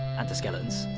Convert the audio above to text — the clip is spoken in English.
and to skeletons.